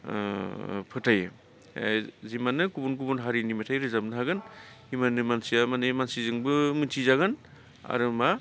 ओ फोथायो ओ जिमाननो गुबुन गुबुन हारिनि मेथाइ रोजाबनो हागोन इमाननो मानसिया माने मानसिजोंबो मिथिजागोन आरो मा